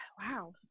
Wow